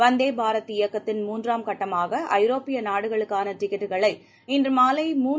வந்தே பாரத் இயக்கத்தின் மூன்றாம் கட்டமாக ஐரோப்பிய நாடுகளுக்காள டிக்கெட்டுக்களை இன்று மாலை மூன்று